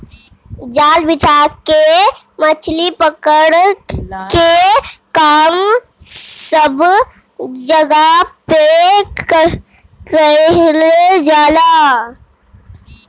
जाल बिछा के मछरी पकड़ला के काम सब जगह पे कईल जाला